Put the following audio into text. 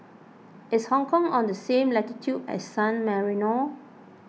is Hong Kong on the same latitude as San Marino